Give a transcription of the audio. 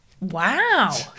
wow